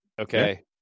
Okay